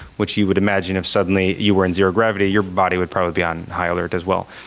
which you would imagine if suddenly you were in zero gravity, your body would probably be on high alert as well.